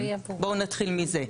בואו נתחיל מזה.